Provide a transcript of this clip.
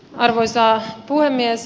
arvoisa puhemies